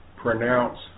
Pronounce